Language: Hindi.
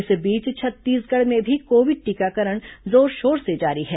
इस बीच छत्तीसगढ़ में भी कोविड टीकाकरण जोरशोर से जारी है